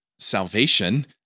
Salvation